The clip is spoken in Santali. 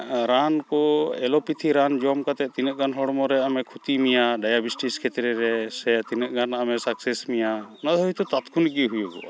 ᱨᱟᱱᱠᱚ ᱮᱞᱳᱯᱮᱛᱷᱤ ᱨᱟᱱ ᱡᱚᱢ ᱠᱟᱛᱮᱫ ᱛᱤᱱᱟᱹᱜ ᱜᱟᱱ ᱦᱚᱲᱢᱚᱨᱮ ᱟᱢᱮ ᱠᱷᱚᱛᱤ ᱢᱮᱭᱟ ᱰᱟᱭᱟᱵᱮᱴᱤᱥ ᱠᱷᱮᱛᱨᱮ ᱨᱮ ᱥᱮ ᱛᱤᱱᱟᱹᱜ ᱜᱟᱱ ᱟᱢᱮ ᱥᱟᱠᱥᱮᱥ ᱢᱮᱭᱟ ᱱᱚᱣᱟᱫᱚ ᱦᱚᱭᱛᱚ ᱛᱟᱛᱠᱷᱚᱱᱤᱠᱜᱮ ᱦᱩᱭᱩᱜᱚᱜᱼᱟ